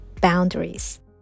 boundaries